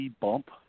bump